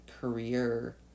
career